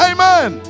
Amen